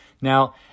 Now